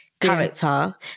character